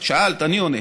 שאלת, אני עונה.